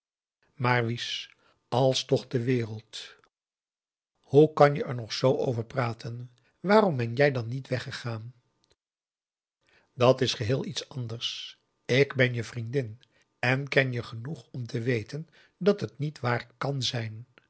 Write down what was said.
wies als toch de wereld hoe kan je er nog z over praten waarom ben jij dan niet weggegaan dat is geheel iets anders ik ben je vriendin en ken je genoeg om te weten dat het niet waar kan zijn